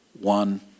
one